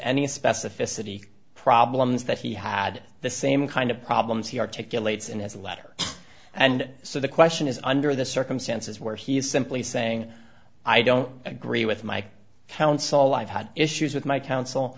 any specificity problems that he had the same kind of problems he articulated in his letter and so the question is under the circumstances where he is simply saying i don't agree with my counsel i've had issues with my counsel